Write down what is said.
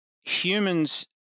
humans